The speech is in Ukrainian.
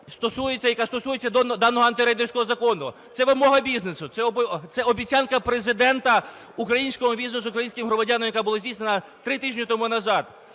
яка стосується даного антирейдерського закону. Це вимога бізнесу. Це обіцянка Президента українському бізнесу, українським громадянам, яка була здійснена 3 тижні тому назад.